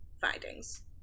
findings